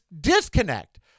disconnect